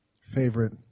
favorite